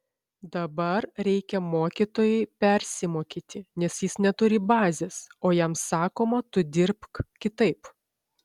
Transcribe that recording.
dabar reikia mokytojui persimokyti nes jis neturi bazės o jam sakoma tu dirbk kitaip